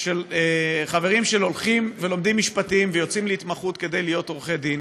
של חברים שהולכים ולומדים משפטים ויוצאים להתמחות כדי להיות עורכי דין